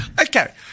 Okay